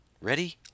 Ready